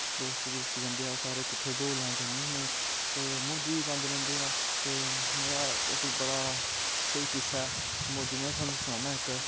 दोस्त दास्त जंदे अस सारे किच्चे दौड़ लान जन्ने होने ते मौजू बी पांदे रौंह्दे ऐं ते मेरा इक बड़ा स्हेई किस्सा ऐ मौजू में सनाना तोआनू इक